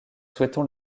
souhaitons